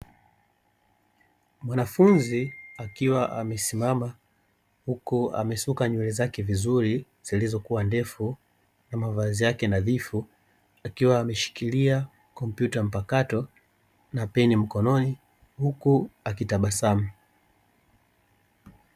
Mwanafunzi akiwa amesimama huku amesuka nywele zake vizuri zilizokua ndefu na mavazi yake nadhifu, akiwa ameshikilia kompyuta mpakato na peni mkononi huku akitabasamu.